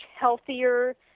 healthier